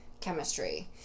chemistry